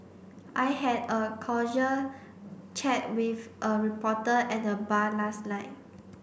I had a chat with a reporter at the bar last night